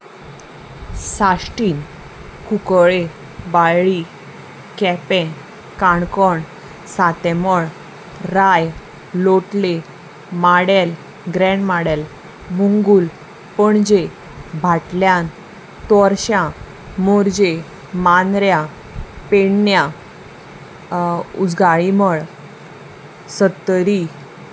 साश्टीण कुकळे बाळी केपें काणकोण सातेंमळ राय लोटले माडेल ग्रेंण मााडेल मुंगूल पणजे भाटल्यान तोरशां मोरजे मांद्र्यां पेण्या उजगाळीमळ सत्तरी